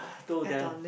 told them